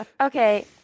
Okay